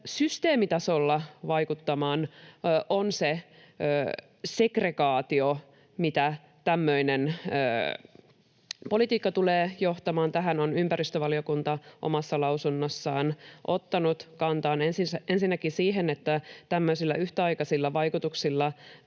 systeemitasolla vaikuttamaan, on se segregaatio, mihin tämmöinen politiikka tulee johtamaan. Tähän on ympäristövaliokunta omassa lausunnossaan ottanut kantaa. Ensinnäkin siihen, että tämmöiset yhtäaikaiset vaikutukset